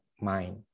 mind